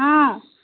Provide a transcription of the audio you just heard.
অঁ